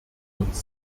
uns